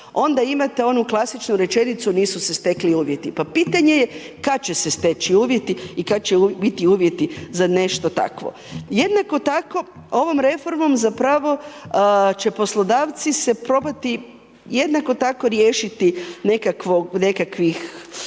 Onda imate onu klasičnu rečenicu nisu se stekli uvjeti. Pa pitanje je kad će se steći uvjeti i kad će biti uvjeti za nešto takvo? Jednako tako, ovom reformom zapravo će poslodavci se probati jednako tako se riješiti nekakvog,